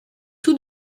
tout